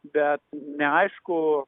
bet neaišku